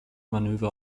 manöver